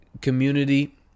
community